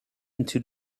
into